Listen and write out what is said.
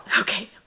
Okay